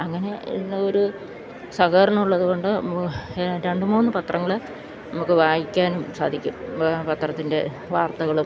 അങ്ങനെ എന്താണ് ഒരു സഹകരണമുള്ളത് കൊണ്ട് രണ്ട് മൂന്ന് പത്രങ്ങള് നമുക്ക് വായിക്കാനും സാധിക്കും വേറെ പത്രത്തിൻ്റെ വാർത്തകളും